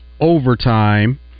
overtime